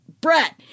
Brett